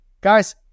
Guys